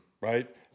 right